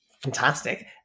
fantastic